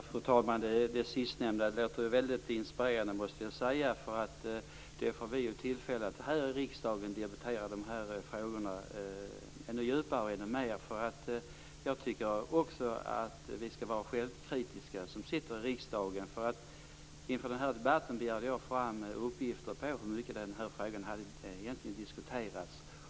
Fru talman! Det sistnämnda låter väldigt inspirerande. Då får vi tillfälle att här i riksdagen debattera dessa frågor ännu djupare och ännu mer. Jag tycker också att vi skall vara självkritiska som sitter i riksdagen. Inför den här debatten begärde jag fram uppgifter om hur mycket den här frågan hade diskuterats.